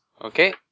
Okay